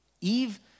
Eve